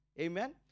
Amen